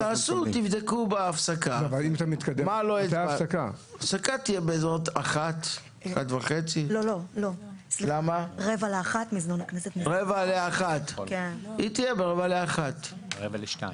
תבדקו בהפסקה, שתהיה בסביבות 12:45. בינתיים